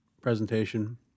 presentation